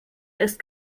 ist